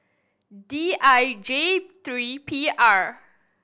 D I J three P R